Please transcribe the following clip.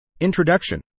Introduction